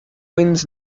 winds